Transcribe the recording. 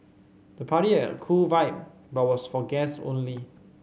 the party had a cool vibe but was for guests only